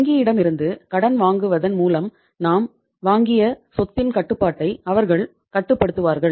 வங்கியிடமிருந்து கடன் வாங்குவதன் மூலம் நாம் வாங்கிய சொத்தின் கட்டுப்பாட்டை அவர்கள் கட்டுப்படுத்துவார்கள்